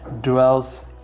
dwells